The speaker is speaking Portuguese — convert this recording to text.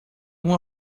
uma